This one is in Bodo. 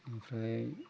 ओमफ्राय